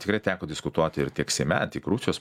tikrai teko diskutuoti ir tiek seime antikorupcijos